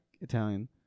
Italian